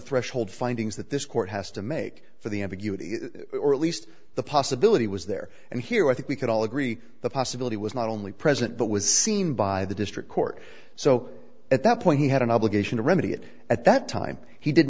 threshold findings that this court has to make for the ambiguity or at least the possibility was there and here i think we could all agree the possibility was not only present but was seen by the district court so at that point he had an obligation to remedy it at that time he did